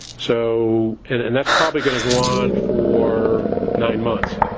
so and that's probably going to go on for nine months